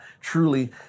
truly